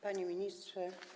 Panie Ministrze!